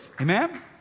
Amen